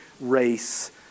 race